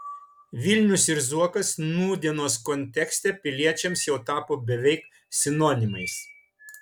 vilnius ir zuokas nūdienos kontekste piliečiams jau tapo beveik sinonimais